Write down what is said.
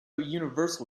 universal